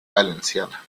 valenciana